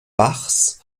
bachs